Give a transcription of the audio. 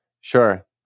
Sure